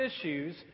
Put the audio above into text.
issues